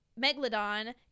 Megalodon